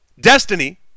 Destiny